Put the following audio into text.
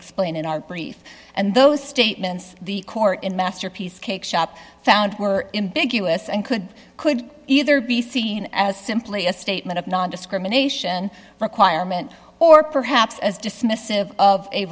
explain in our brief and those statements the court in masterpiece cake shop found were in big u s and could could either be seen as simply a statement of nondiscrimination requirement or perhaps as dismissive of a